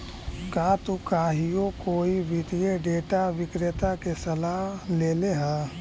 का तु कहियो कोई वित्तीय डेटा विक्रेता के सलाह लेले ह?